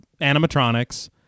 animatronics